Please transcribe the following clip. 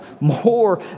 more